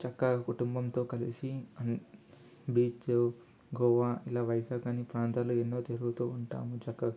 చక్కగా కుటుంబంతో కలిసి అన్ బీచ్ గోవా ఇలా వైజాగ్ అన్ని ప్రాంతాలు ఎన్నో తిరుగుతూ ఉంటాము చక్కగా